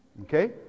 okay